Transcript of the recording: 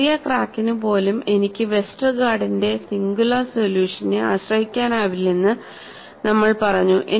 ചെറിയ ക്രാക്കിന് പോലും എനിക്ക് വെസ്റ്റർഗാർഡിന്റെ സിംഗുലാർ സൊല്യൂഷനെ ആശ്രയിക്കാനാവില്ലെന്ന് നമ്മൾ പറഞ്ഞു